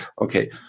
okay